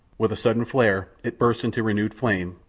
with a sudden flare it burst into renewed flame,